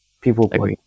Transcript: people